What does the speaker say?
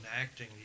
acting